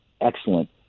excellent